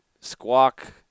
squawk